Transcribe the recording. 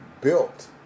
built